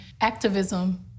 activism